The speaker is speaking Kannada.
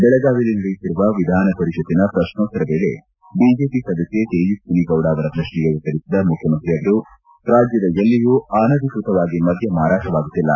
ಬೆಳಗಾವಿಯಲ್ಲಿ ನಡೆಯುತ್ತಿರುವ ವಿಧಾನಪರಿಷತ್ತಿನ ಪ್ರಶೋತ್ತರ ವೇಳೆ ಬಿಜೆಪಿ ಸದಸ್ಕೆ ತೇಜಸ್ವಿನಿಗೌಡ ಅವರ ಪ್ರಶ್ನೆಗೆ ಉತ್ತರಿಸಿದ ಮುಖ್ಯಮಂತ್ರಿಯವರು ರಾಜ್ಯದ ಎಲ್ಲಿಯೂ ಅನಧಿಕೃತವಾಗಿ ಮದ್ಯ ಮಾರಾಟವಾಗುತ್ತಿಲ್ಲ